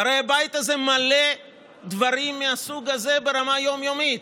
הרי הבית הזה מלא דברים מהסוג הזה ברמה יום-יומית.